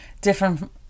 different